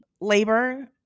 labor